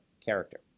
character